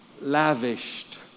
lavished